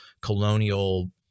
colonial